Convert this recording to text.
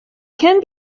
can